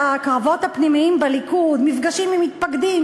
בקרבות הפנימיים בליכוד: מפגשים עם מתפקדים,